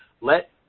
Let